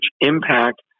impact